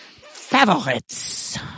Favorites